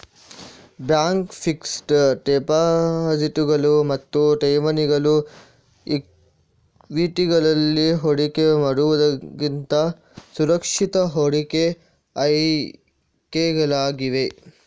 bank fixed ಡೆಪಾಸಿಟುಗಳು ಮತ್ತು ಠೇವಣಿಗಳು ಈಕ್ವಿಟಿಗಳಲ್ಲಿ ಹೂಡಿಕೆ ಮಾಡುವುದಕ್ಕಿಂತ ಸುರಕ್ಷಿತ ಹೂಡಿಕೆ ಆಯ್ಕೆಗಳಾಗಿವೆ